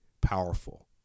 powerful